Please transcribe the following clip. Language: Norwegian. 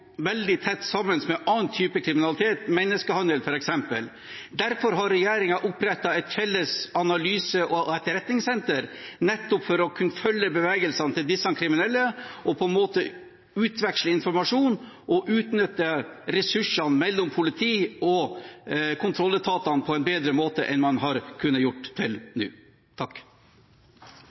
veldig tett sammen med andre typer kriminalitet, menneskehandel, f.eks. Derfor har regjeringen opprettet et felles analyse- og etterretningssenter nettopp for å kunne følge bevegelsene til disse kriminelle og utveksle informasjon og utnytte ressursene i politiet og kontrolletatene på en bedre måte enn man har kunnet